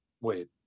wait